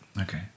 Okay